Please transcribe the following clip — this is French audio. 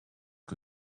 que